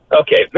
Okay